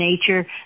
nature